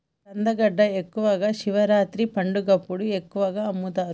కందగడ్డ ఎక్కువగా శివరాత్రి పండగప్పుడు ఎక్కువగా అమ్ముతరు